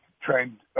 trained